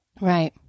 Right